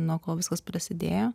nuo ko viskas prasidėjo